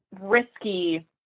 risky